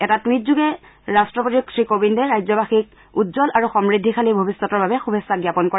এই টুইটযোগে ৰাট্টপতি শ্ৰীকোবিন্দে ৰাজ্যবাসীক উজ্জ্বল আৰু সমূদ্ধিশালী ভবিষ্যতৰ বাবে শুভেচ্ছা জাপন কৰে